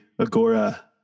Agora